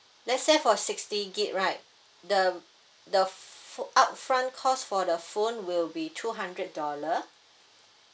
let's say for sixty gig right the um the phone upfront cost for the phone will be two hundred dollar